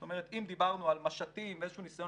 זאת אומרת אם דיברנו על משטים ועל איזה שהוא ניסיון